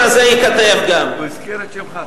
הוא הזכיר את שמך,